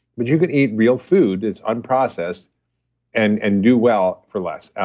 but you can eat real food that's unprocessed and and do well for less,